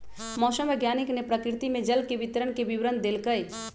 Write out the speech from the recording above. मौसम वैज्ञानिक ने प्रकृति में जल के वितरण के विवरण देल कई